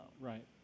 Right